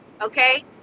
okay